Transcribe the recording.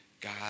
God